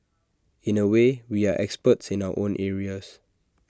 in A way we are experts in our own areas